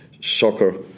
soccer